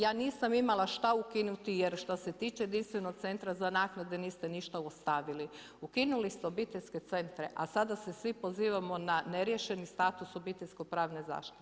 Ja nisam imala šta ukinuti jer što se tiče jedinstvenog Centra za naknade niste ništa ostavili, ukinuli ste Obiteljske centre a sada se svi pozivamo na neriješeni status obiteljsko pravne zaštite.